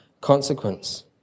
consequence